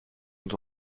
nous